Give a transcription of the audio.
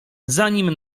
zanim